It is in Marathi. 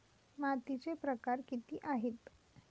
मातीचे प्रकार किती आहेत?